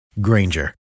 Granger